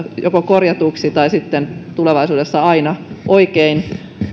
joko korjatuiksi tai sitten tulevaisuudessa aina oikein